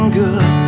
good